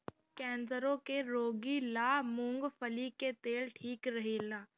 कैंसरो के रोगी ला मूंगफली के तेल ठीक रहेला